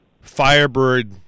Firebird